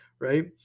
right